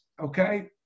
okay